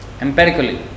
empirically